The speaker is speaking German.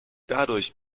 dadurch